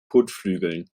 kotflügeln